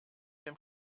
dem